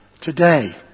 Today